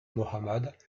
mohammad